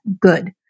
good